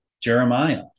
Jeremiah